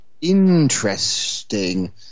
interesting